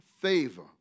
favor